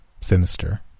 sinister